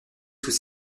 sous